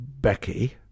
Becky